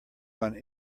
one